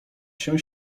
się